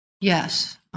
Yes